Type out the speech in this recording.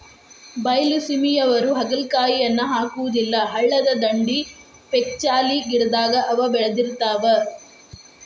ಬೈಲಸೇಮಿಯವ್ರು ಹಾಗಲಕಾಯಿಯನ್ನಾ ಹಾಕುದಿಲ್ಲಾ ಹಳ್ಳದ ದಂಡಿ, ಪೇಕ್ಜಾಲಿ ಗಿಡದಾಗ ಅವ ಬೇಳದಿರ್ತಾವ